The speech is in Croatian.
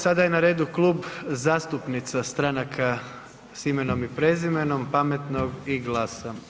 Sada je na redu Klub zastupnica stranaka s imenom i prezimenom, Pametnog i GLAS-a.